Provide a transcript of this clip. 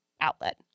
outlet